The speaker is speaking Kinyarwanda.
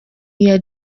iya